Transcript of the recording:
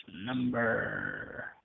number